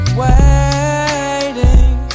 waiting